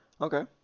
Okay